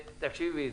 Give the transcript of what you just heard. תקשיבי,